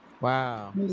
wow